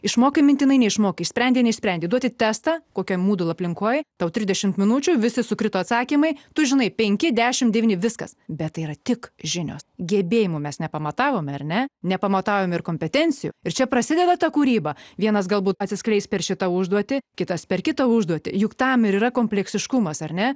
išmokti mintinai neišmokys sprendinį sprendė duoti testą kokioj moodle aplinkoj tau trisdešimt minučių visi sukrito atsakymai tu žinai penki dešimt devyni viskas bet tai yra tik žinios gebėjimų mes nepamatavome ar ne nepamatavome ir kompetencijų ir čia prasideda ta kūryba vienas galbūt atsiskleis per šitą užduotį kitas per kitą užduotį juk tam yra kompleksiškumas ar ne